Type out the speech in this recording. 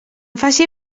faci